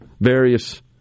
various